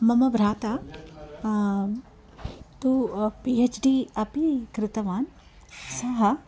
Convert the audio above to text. मम भ्राता तु पि हेच् डि अपि कृतवान् सः